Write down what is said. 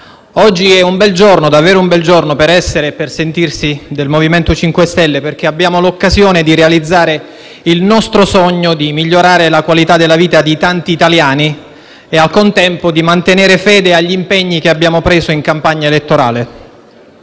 oggi è davvero un bel giorno per essere del MoVimento 5 Stelle, perché abbiamo l'occasione di realizzare il nostro sogno di migliorare la qualità della vita di tanti italiani e al contempo di mantenere fede agli impegni che abbiamo preso in campagna elettorale.